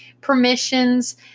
permissions